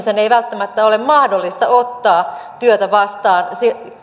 välttämättä ole mahdollista ottaa työtä vastaan